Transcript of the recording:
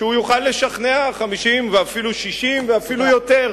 שהוא יוכל לשכנע 50, ואפילו 60, ואפילו יותר.